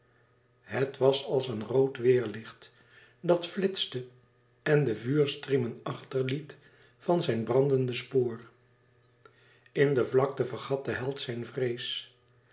het was als een rood weêrlicht dat flitste en de vuurstriemen achter liet van zijn brandende spoor in de vlakte vergat de held zijne vrees